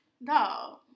No